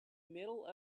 middle